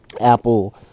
Apple